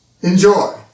Enjoy